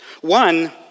One